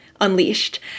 unleashed